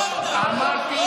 לא אמרת,